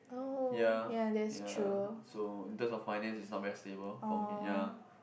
ya ya so in terms of finance it's not very stable for me ya